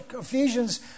Ephesians